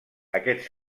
aquests